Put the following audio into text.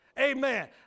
Amen